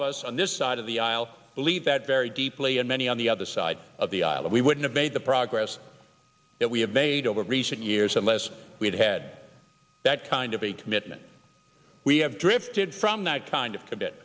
of us on this side of the aisle believe that very deeply and many on the other side of the aisle we wouldn't have made the progress that we have made over recent years unless we had had that kind of a commitment we have drifted from that kind of cabi